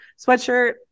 sweatshirt